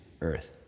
earth